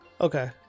Okay